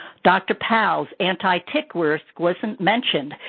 dr. pao's anti-tick work wasn't mentioned.